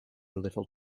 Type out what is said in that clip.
little